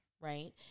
Right